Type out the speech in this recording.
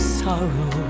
sorrow